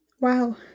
Wow